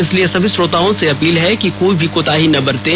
इसलिए सभी श्रोताओं से अपील है कि कोई भी कोताही ना बरतें